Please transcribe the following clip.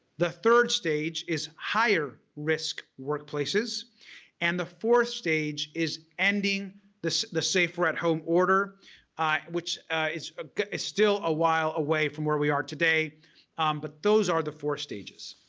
the third stage is higher risk workplaces and the fourth stage is ending this the safer at home order which is ah is still a while away from where we are today but those are the four stages.